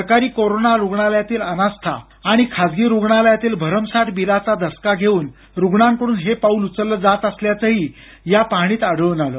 सरकारी कोरोना रुग्णालयातील अनास्था आणि खासगी रुग्णालयातील भरमसाठ बिलाचा धसका घेऊन रूग्णांकडून हे पाऊल उचलले जात असल्याचंही या पाहणीत आढळून आलं